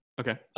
Okay